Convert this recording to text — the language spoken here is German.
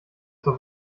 zur